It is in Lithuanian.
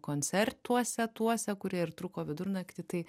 koncertuose tuose kurie ir truko vidurnaktį tai